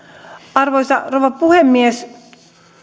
arvoisa rouva puhemies